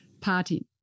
party